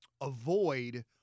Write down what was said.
avoid